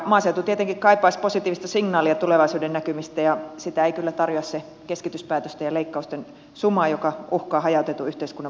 maaseutu tietenkin kaipaisi positiivista signaalia tulevaisuudennäkymistä ja sitä ei kyllä tarjoa se keskityspäätösten ja leik kausten suma joka uhkaa hajautetun yhteiskunnan vahvuuksia